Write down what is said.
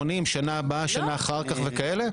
80 בשנה הבאה ושנה אחר כך וכאלה?